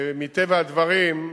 מטבע הדברים,